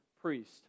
priest